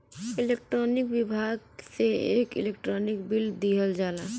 electronic विभाग से एक इलेक्ट्रानिक बिल दिहल जाला